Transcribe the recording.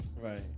Right